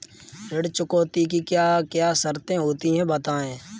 ऋण चुकौती की क्या क्या शर्तें होती हैं बताएँ?